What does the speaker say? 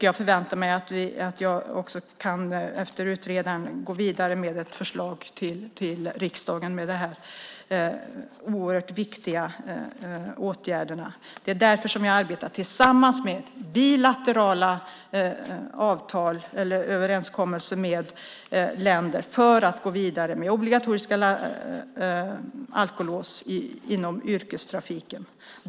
Jag förväntar mig att jag efter utredningen kan gå vidare med ett förslag till riksdagen med de här oerhört viktiga åtgärderna. Det är därför jag arbetar med bilaterala överenskommelser med länder för att gå vidare med obligatoriska alkolås inom yrkestrafiken.